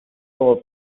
como